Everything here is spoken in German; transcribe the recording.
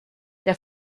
der